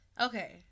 Okay